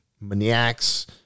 maniacs